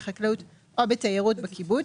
בחקלאות או בתיירות בקיבוץ,